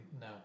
No